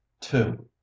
two